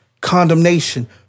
Condemnation